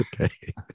Okay